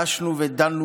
בזה דשנו ודנו,